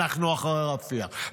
אנחנו אחרי רפיח,